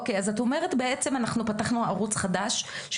אוקיי,